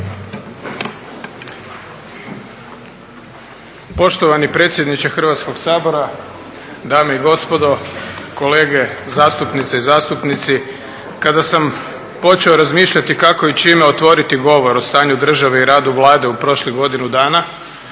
Poštovani predsjedniče Hrvatskoga sabora, dame i gospodo, kolege zastupnice i zastupnici. Kada sam počeo razmišljati kako i čime otvoriti govor o stanju države i radu Vlade u prošlih godinu dana,